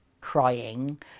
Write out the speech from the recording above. crying